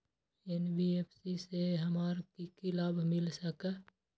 NBFC से हमार की की लाभ मिल सक?